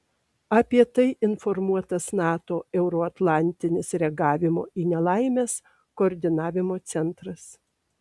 apie tai informuotas nato euroatlantinis reagavimo į nelaimes koordinavimo centras